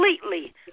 completely